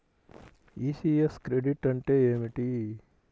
ECS credit అంటే ఏమిటి?